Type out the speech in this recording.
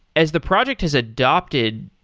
as the project has adapted,